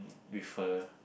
with her